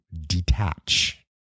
detach